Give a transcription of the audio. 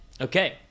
Okay